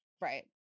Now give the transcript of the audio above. right